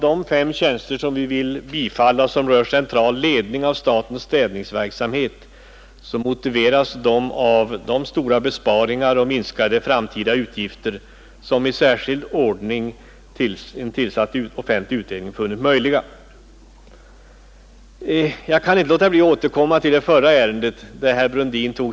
De fem tjänster som vi vill tillstyrka när det gäller central ledning av statens städningsverksamhet motiveras av de stora besparingar och minskade framtida utgifter som en i särskild ordning tillsatt offentlig utredning funnit möjliga. Jag kan i det sammanhanget inte underlåta att komma tillbaka till det förra ärendet.